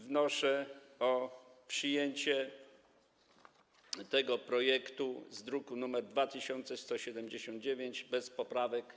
Wnoszę o przyjęcie tego projektu zawartego w druku nr 2179 bez poprawek.